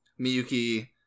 Miyuki